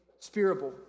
spirable